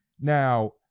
Now